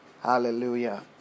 Hallelujah